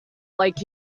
like